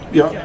ja